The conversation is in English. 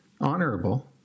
honorable